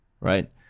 right